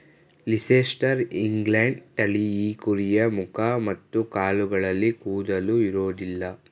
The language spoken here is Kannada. ಲೀಸೆಸ್ಟರ್ ಇಂಗ್ಲೆಂಡ್ ತಳಿ ಈ ಕುರಿಯ ಮುಖ ಮತ್ತು ಕಾಲುಗಳಲ್ಲಿ ಕೂದಲು ಇರೋದಿಲ್ಲ